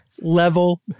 level